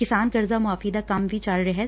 ਕੈਸਾਨ ਕਰਜ਼ਾ ਮੁਆਫੀ ਦਾ ਕੰਮ ਵੀ ਚੱਲ ਰਿਹੈ